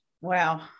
Wow